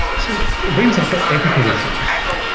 so it brings up ah ethical issues.